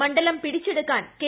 മണ്ഡലം പിടിച്ചെടുക്കാൻ കെ